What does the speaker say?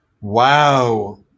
Wow